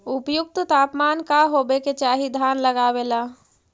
उपयुक्त तापमान का होबे के चाही धान लगावे ला?